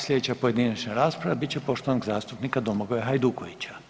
Sljedeća pojedinačna rasprava bit će poštovanog zastupnika Domagoja Hajdukovića.